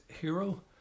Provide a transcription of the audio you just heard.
hero